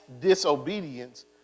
disobedience